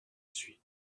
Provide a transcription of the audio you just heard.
suis